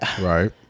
Right